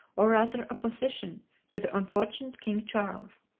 or, rather, opposition, to the unfortunate king charles.